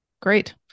Great